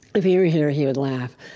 if he were here, he would laugh.